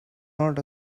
not